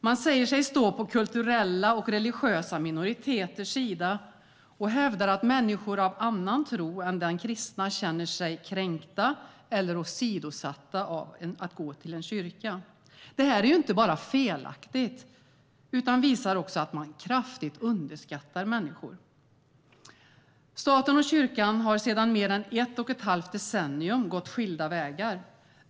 De säger sig stå på kulturella och religiösa minoriteters sida och hävdar att människor av annan tro än den kristna känner sig kränkta eller åsidosatta av att gå till en kyrka. Detta är inte bara felaktigt utan visar också att de kraftigt underskattar människor. Staten och kyrkan har sedan mer än ett och ett halvt decennium gått skilda vägar.